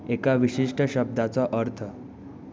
एका विशिश्ट शब्दाचो अर्थ